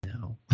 no